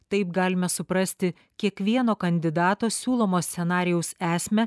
taip galime suprasti kiekvieno kandidato siūlomo scenarijaus esmę